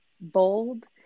bold